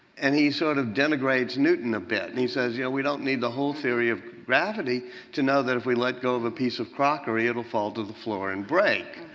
and he sort of denigrates newton a bit. and he says, you know, we don't need the whole theory of gravity to know that if we let go of a piece of crockery it will fall to the floor and break.